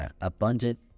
abundant